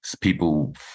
people